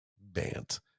Bant